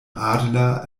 adler